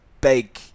big